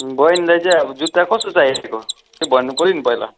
बहिनीलाई चाहिँ अब जुत्ता कस्तो चाहिएको त्यो भन्नु पर्यो नि पहिला